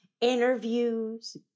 interviews